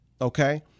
Okay